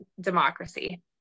democracy